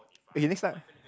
okay next time